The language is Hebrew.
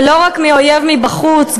ולא רק מאויב מבחוץ,